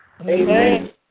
Amen